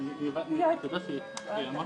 ננעלה בשעה